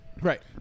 Right